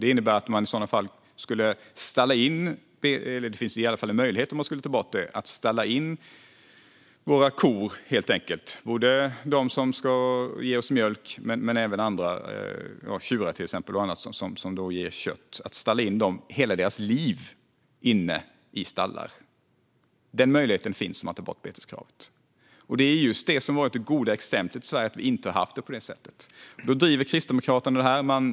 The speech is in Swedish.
Om man tar bort beteskravet skulle det innebära en möjlighet att stalla in våra kor under hela deras liv, även de som ger oss mjölk, och till exempel tjurar och andra djur som ger oss kött. Det som har varit det goda exemplet i Sverige är just att vi inte har haft det på det sättet. Nu driver Kristdemokraterna det här.